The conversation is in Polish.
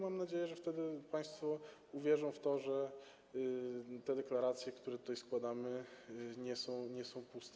Mam nadzieję, że wtedy państwo uwierzą w to, że deklaracje, które tutaj składamy, nie są puste.